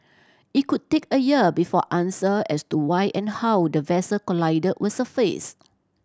it could take a year before answer as to why and how the vessel collided will surface